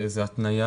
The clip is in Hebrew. זו התניה,